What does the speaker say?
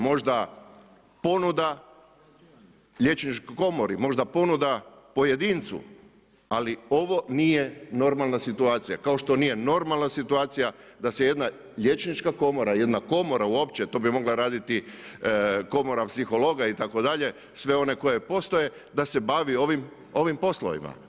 Možda ponuda Liječničkoj komori, možda ponuda pojedincu, ali ovo nije normalna situacija kao što nije normalna situacija da se jedna Liječnička komora jedan komora uopće, to bi mogla raditi komora psihologa itd., sve one koje postoje da se bave ovim poslovima.